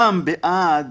הטעם בעד